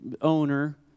owner